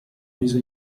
viso